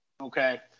okay